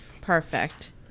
Perfect